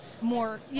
more